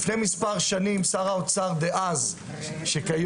לפני מספר שנים משה כחלון, שר האוצר דאז, ואני